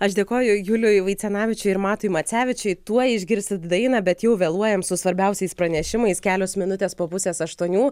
aš dėkoju juliui vaicenavičiui ir matui macevičiui tuoj išgirsit dainą bet jau vėluojam su svarbiausiais pranešimais kelios minutės po pusės aštuonių